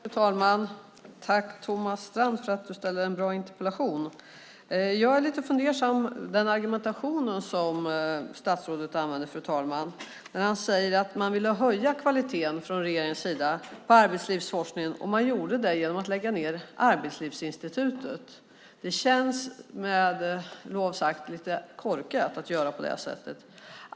Fru talman! Jag vill tacka Thomas Strand för att han ställt en bra interpellation. Jag är lite fundersam över den argumentation som statsrådet använder när han säger att man från regeringens sida ville höja kvaliteten på arbetslivsforskningen, och man gjorde det genom att lägga ned Arbetslivsinstitutet. Det känns med förlov sagt lite korkat att göra på det sättet.